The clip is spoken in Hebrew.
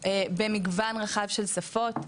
במגוון רחב של שפות.